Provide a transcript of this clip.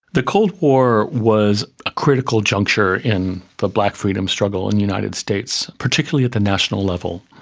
the cold war was a critical juncture in the black freedom struggle in the united states, particularly at the national level.